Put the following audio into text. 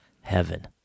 heaven